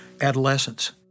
adolescence